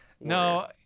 No